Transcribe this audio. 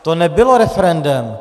To nebylo referendem.